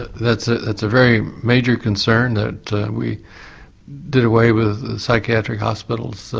ah that's ah that's a very major concern, that we did away with the psychiatric hospitals, so